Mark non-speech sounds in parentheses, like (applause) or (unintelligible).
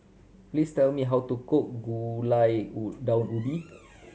please tell me how to cook gulai (unintelligible) daun ubi